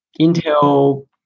Intel